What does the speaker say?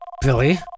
Billy